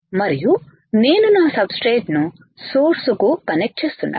మరియు నేను నా సబ్ స్ట్రేట్ ని సోర్సు కు కనెక్ట్ చేస్తున్నాను